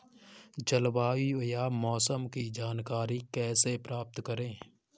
जलवायु या मौसम की जानकारी कैसे प्राप्त करें?